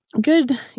good